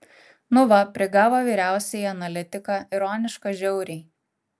nu va prigavo vyriausiąjį analitiką ironiška žiauriai